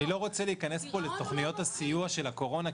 אני לא רוצה להיכנס פה לתוכניות הסיוע של הקורונה,